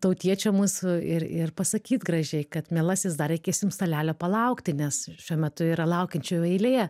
tautiečio mūsų ir ir pasakyt gražiai kad mielasis dar reikės jums stalelio palaukti nes šiuo metu yra laukiančiųjų eilėje